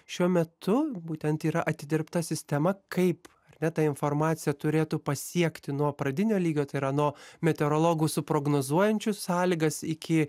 šiuo metu būtent yra atidirbta sistema kaip ar ne ta informacija turėtų pasiekti nuo pradinio lygio tai yra nuo meteorologų su prognozuojančių sąlygas iki